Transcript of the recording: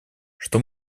что